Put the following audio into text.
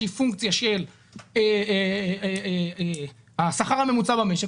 שהיא פונקציה של השכר הממוצע במשק,